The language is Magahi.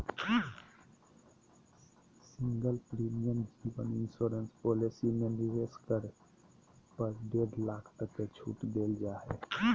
सिंगल प्रीमियम जीवन इंश्योरेंस पॉलिसी में निवेश करे पर डेढ़ लाख तक के छूट देल जा हइ